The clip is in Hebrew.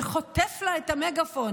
וחוטף לה את המגפון.